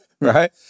right